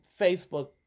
Facebook